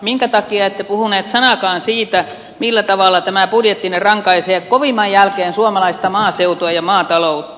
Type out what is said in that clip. minkä takia ette puhunut sanaakaan siitä millä tavalla tämä budjettinne rankaisee kovimman jälkeen suomalaista maaseutua ja maataloutta